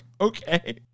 okay